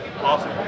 Awesome